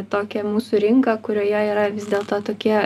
tokią mūsų rinką kurioje yra vis dėlto tokie